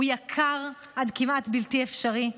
הוא יקר עד כמעט בלתי אפשרי.